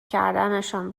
کردنشان